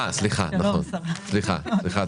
סליחה, את